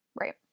Right